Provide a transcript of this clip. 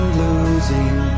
losing